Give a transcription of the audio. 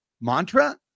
mantra